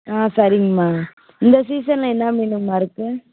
ஆ சரிங்கம்மா இந்த சீசன் என்ன மீனுங்கம்மா இருக்கு